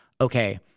Okay